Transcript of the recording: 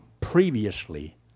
previously